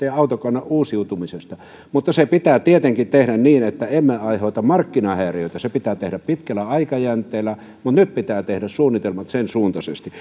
ja autokannan uusiutumisesta mutta se pitää tietenkin tehdä niin että emme aiheuta markkinahäiriöitä se pitää tehdä pitkällä aikajänteellä mutta nyt pitää tehdä suunnitelmat sensuuntaisesti